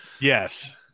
Yes